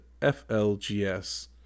FLGS